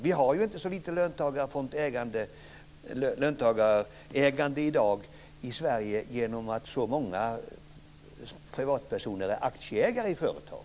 Vi har ju ett inte så litet löntagarägande i dag i Sverige genom att så många privatpersoner är aktieägare i företag.